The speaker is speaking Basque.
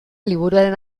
liburuaren